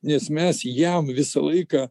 nes mes jam visą laiką